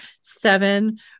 seven